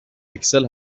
اکسل